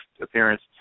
appearance